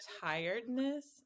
tiredness